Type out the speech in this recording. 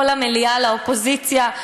חברותי פה למליאה, לאופוזיציה.